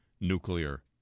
nuclear